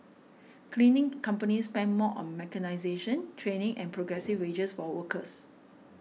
cleaning companies spend more on mechanisation training and progressive wages for workers